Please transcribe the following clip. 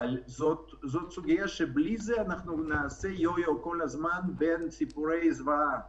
אבל זו סוגיה שבלעדיה אנחנו נעשה כל הזמן יו-יו בין סיפורי זוועה